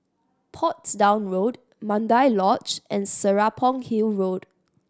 Portsdown Road Mandai Lodge and Serapong Hill Road